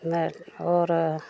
ते होर